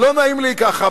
לא נעים לי ככה,